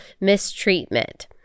mistreatment